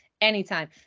anytime